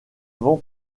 vend